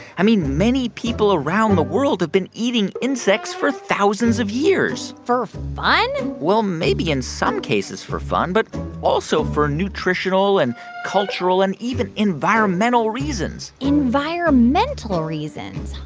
i mean, many people around the world have been eating insects for thousands of years for fun? well, maybe in some cases for fun but also for nutritional and cultural and even environmental reasons environmental reasons.